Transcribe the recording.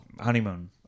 Honeymoon